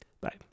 Bye